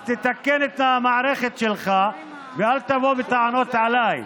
אז תתקן את המערכת שלך, ואל תבוא בטענות אליי.